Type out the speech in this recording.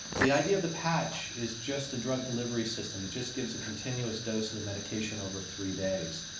the idea of the patch is just a drug delivery system. it just gives a continuous dose of the medication over three days.